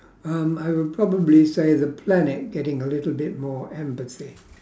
um I would probably say the planet getting a little bit more empathy